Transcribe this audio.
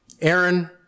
Aaron